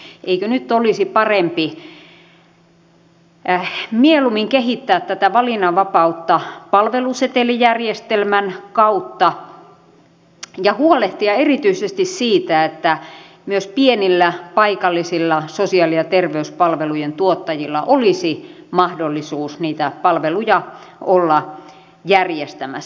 eikö nyt olisi parempi mieluummin kehittää tätä valinnanvapautta palvelusetelijärjestelmän kautta ja huolehtia erityisesti siitä että myös pienillä paikallisilla sosiaali ja terveyspalvelujen tuottajilla olisi mahdollisuus niitä palveluja olla järjestämässä